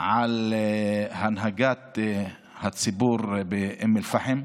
אפילו על הנהגת הציבור באום אל-פחם: